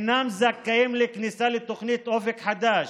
לא זכאים לכניסה לתוכנית אופק חדש.